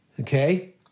Okay